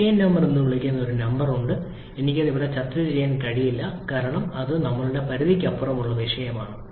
octane number എന്ന് വിളിക്കുന്ന ഒരു നമ്പർ ഉണ്ട് എനിക്ക് ഇത് ഇവിടെ ചർച്ച ചെയ്യാൻ കഴിയില്ല കാരണം ഇത് ഞങ്ങളുടെ പരിധിക്കപ്പുറമുള്ള വിഷയമാണ്